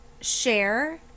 share